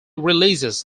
releases